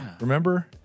Remember